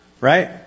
Right